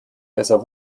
besser